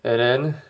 and then